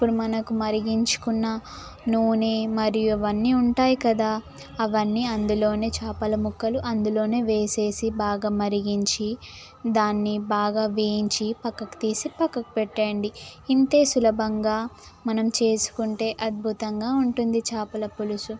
ఇప్పుడు మనకు మరిగించుకున్న నూనె మరియు ఇవన్నీ ఉంటాయి కదా అవన్నీ అందులో చేపల ముక్కలు అందులో వేసి బాగా మరిగించి దాన్ని బాగా వేయించి పక్కకు తీసి పక్కకు పెట్టండి ఇంతే సులభంగా మనం చేసుకుంటే అద్భుతంగా ఉంటుంది చేపల పులుసు